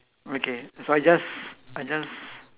okay so I just I just